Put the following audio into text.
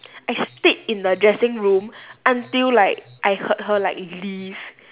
I stayed in the dressing room until like I heard her like leave